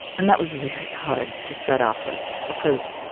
and that was very hard to start off with because,